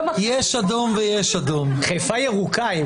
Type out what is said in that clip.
אנחנו זוכרים איך דגל התורה תמכה באישה לראשות עיר,